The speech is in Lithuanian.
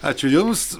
ačiū jums